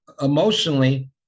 emotionally